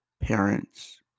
parents